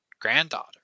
granddaughter